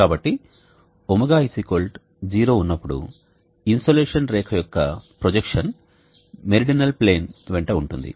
కాబట్టి ω 0 ఉన్నప్పుడు ఇన్సోలేషన్ రేఖ యొక్క ప్రొజెక్షన్ మెరిడినల్ ప్లేన్ వెంట ఉంటుంది